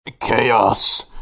Chaos